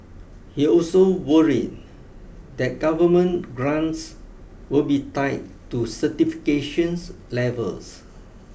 he also worried that government grants will be tied to certifications levels